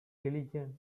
religion